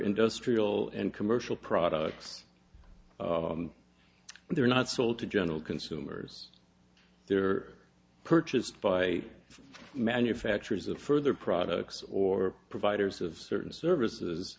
industrial and commercial products and they're not sold to general consumers they're purchased by manufacturers of further products or providers of certain services